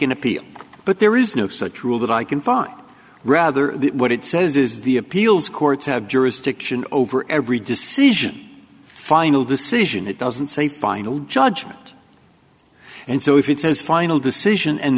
an appeal but there is no such rule that i can find rather what it says is the appeals courts have jurisdiction over every decision final decision it doesn't say final judgment and so if it says final decision and